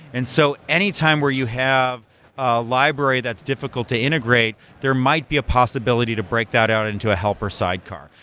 and so any time where you have a library that's difficult to integrate, there might be a possibility to break that out into a helper sidecar,